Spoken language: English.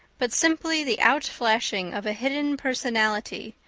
but simply the outflashing of a hidden personality,